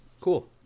cool